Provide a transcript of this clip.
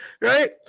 right